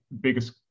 biggest